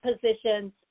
positions